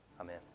Amen